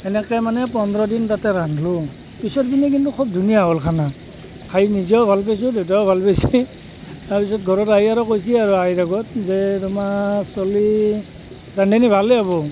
সেনেকৈ মানে পোন্ধৰদিন তাতে ৰান্ধিলোঁ পিছৰ পিনে কিন্তু খুব ধুনীয়া হ'ল খানা খাই নিজেও ভাল পাইছোঁ দেউতাও ভাল পাইছে তাৰপিছত ঘৰত আহি আৰু কৈছে আৰু আইৰ আগত যে তোমাৰ চলি ৰান্ধনি ভালে হ'ব